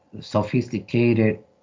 sophisticated